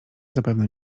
zapewne